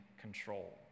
control